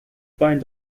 pine